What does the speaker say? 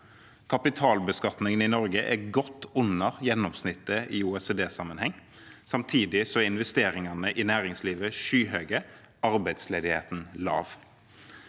Kapitalbeskatningen i Norge er godt under gjennomsnittet i OECD-sammenheng. Samtidig er investeringene i næringslivet skyhøye, og arbeidsledigheten er lav.